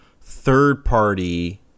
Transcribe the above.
third-party